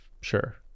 Sure